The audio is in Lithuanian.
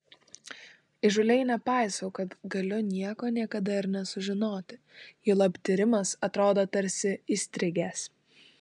įžūliai nepaisau kad galiu nieko niekada ir nesužinoti juolab tyrimas atrodo tarsi įstrigęs